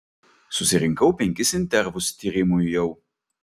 susirinkau penkis intervus tyrimui jau